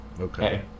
Okay